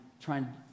trying